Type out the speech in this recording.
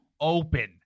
open